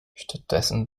stattdessen